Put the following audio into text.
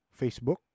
Facebook